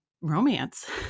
romance